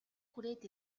хүрээд